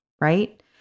right